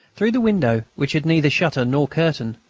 through the window, which had neither shutter nor curtain,